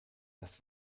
das